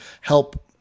help